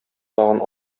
тагын